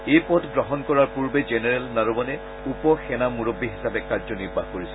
এই পদ গ্ৰহণ কৰাৰ পূৰ্বে জেনেৰেল নৰৱনে উপ সেনা মূৰববী হিচাপে কাৰ্যনিৰ্বাহ কৰিছিল